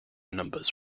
numbers